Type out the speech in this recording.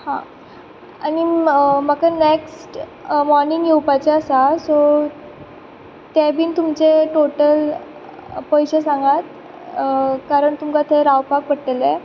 हां आनी म्हाका नेक्स्ट मॉर्निंग येवपाचें आसा सो तें बीन तुमचे टोटल पयशे सांगात कारण तुमकां थंय रावपाक पडटलें